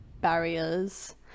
barriers